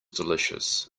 delicious